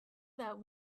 that